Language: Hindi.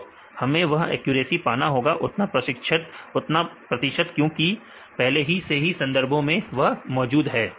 तो हमें वह एक्यूरेसी पाना होगा उतना प्रतिशत क्योंकि पहले से ही संदर्भों में मौजूद है